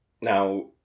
now